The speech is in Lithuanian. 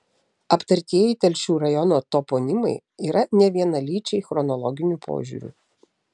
aptartieji telšių rajono toponimai yra nevienalyčiai chronologiniu požiūriu